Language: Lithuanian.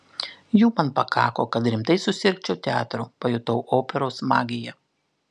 jų man pakako kad rimtai susirgčiau teatru pajutau operos magiją